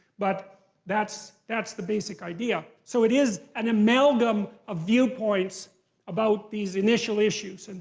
but that's that's the basic idea. so it is an amalgam of viewpoints about these initial issues. and